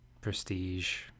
prestige